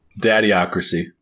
Daddyocracy